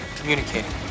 Communicating